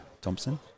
Thompson